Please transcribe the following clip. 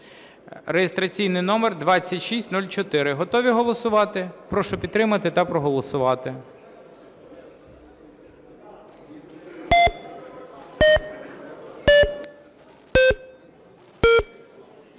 (реєстраційний номер 2604). Готові голосувати? Прошу підтримати та проголосувати.